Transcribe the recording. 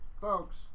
folks